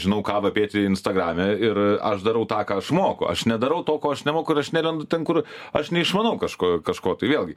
žinau ką vapėti instagrame ir aš darau tą ką aš moku aš nedarau to ko aš nemoku ir aš nelendu ten kur aš neišmanau kažko kažko tai vėlgi